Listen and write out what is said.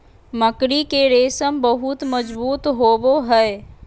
मकड़ी के रेशम बहुत मजबूत होवो हय